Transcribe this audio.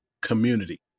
community